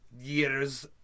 years